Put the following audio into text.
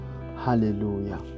Hallelujah